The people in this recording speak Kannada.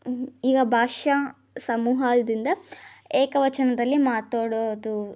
ಈಗ ಭಾಷ್ಯ ಸಮೂಹದಿಂದ ಏಕವಚನದಲ್ಲಿ ಮಾತಾಡೋದು